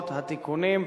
תודה.